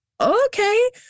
okay